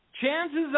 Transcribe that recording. chances